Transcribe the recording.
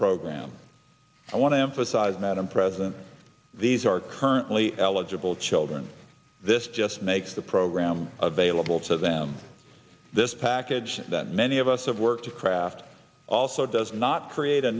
program i want to emphasize madam president these are currently eligible children this just makes the program available to them this package that many of us have work to craft also does not create a